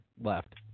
left